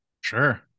Sure